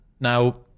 Now